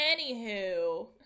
Anywho